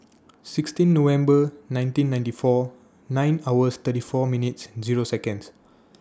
sixteen November nineteen ninety four nine hours thirty four minutes Zero Seconds